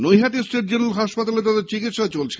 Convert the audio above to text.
Naihati state general হাসপাতালে তাদের চিকিৎসা চলছে